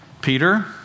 Peter